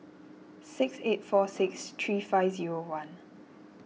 six eight four six three five zero one